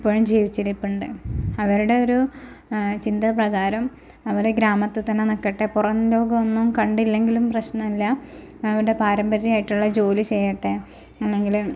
ഇപ്പോഴും ജീവിച്ചിരിപ്പുണ്ട് അവരുടെ ഒരു ചിന്ത പ്രകാരം അവർ ഗ്രാമത്തിത്തന്നെ നിൽക്കട്ടെ പുറം ലോകം ഒന്നും കണ്ടില്ലെങ്കിലും പ്രശ്നമില്ല അവരുടെ പാരമ്പര്യമായിട്ടുള്ള ജോലി ചെയ്യട്ടെ അല്ലെങ്കിൽ